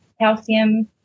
calcium